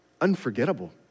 unforgettable